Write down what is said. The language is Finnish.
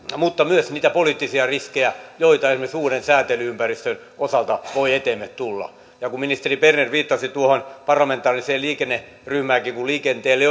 mutta myös niitä poliittisia riskejä joita esimerkiksi uuden säätely ympäristön osalta voi eteemme tulla ministeri berner viittasi tuohon parlamentaariseen liikenneryhmäänkin ja kun liikenteelle